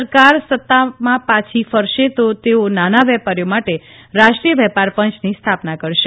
સરકાર સત્તામાં પાછી ફરશે તો તેઓ નાના વેપારીઓ માટે રાષ્ટ્રીય વેપાર પંચની સ્થાપના કરશે